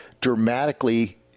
dramatically